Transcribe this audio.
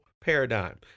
paradigm